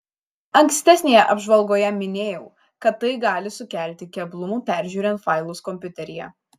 ankstesnėje apžvalgoje minėjau kad tai gali sukelti keblumų peržiūrint failus kompiuteryje